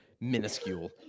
minuscule